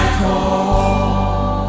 call